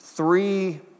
Three